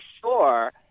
sure